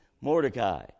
Mordecai